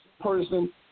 person